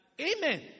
Amen